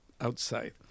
outside